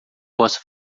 possa